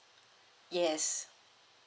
yes